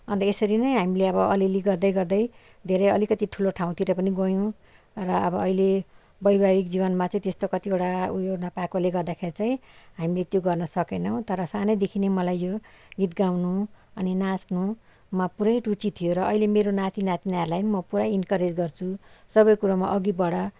अन्त यसरी नै हामीले अब अलिअलि गर्दै गर्दै धेरै अलिकति ठुलो ठाउँतिर पनि गयौँ र अब अहिले वैवाहिक जीवनमा त्यस्तो कतिवटा ऊ यो न पाएकोले गर्दाखेरि चाहिँ हामी त्यो गर्न सकेनौँ तर सानैदेखि नै मलाई यो गीत गाउनु अनि नाच्नुमा पुरै रुचि थियो र अहिले मेरो नाती नातिनाहरूलाई पनि म पुरै इन्करेज गर्छु सबै कुरोमा अघि बढ